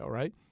right